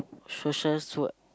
social work